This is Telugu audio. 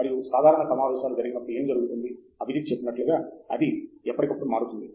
మరి సాధారణ సమావేశాలు జరిగినప్పుడు ఏమి జరుగుతుంది అభిజిత్ చెప్పినట్లుగా అది ఎప్పటికప్పుడు మారుతుంది